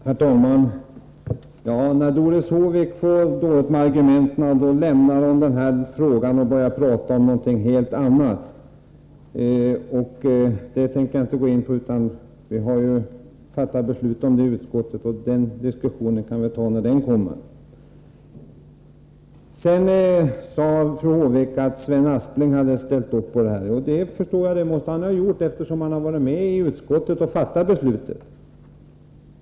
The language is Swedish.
Herr talman! När Doris Håvik får brist på argument lämnar hon frågan och börjar prata om något helt annat. Det tänker jag inte gå in på, för vi har fattat beslut i utskottet, och den diskussionen kan vi ta när den frågan skall behandlas. Sedan sade fru Håvik att Sven Aspling ställt upp på förslaget. Jag förstår att han måste ha gjort det, eftersom han varit med om att fatta beslutet i utskottet.